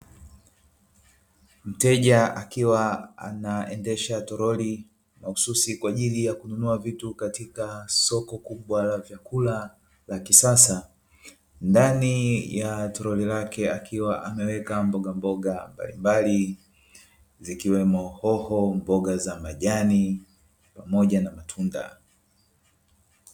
Mteja akiwa anaendesha toroli, mahususi kwaajili ya kununua vitu katika soko kubwa la vyakula la kisasa, ndani ya torori lake akiwa ameweka mbogamboga mbalimbali, zikiwemo hoho, mboga za majani pamoja na matunda.